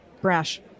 Brash